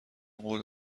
قول